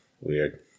weird